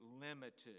limited